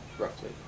roughly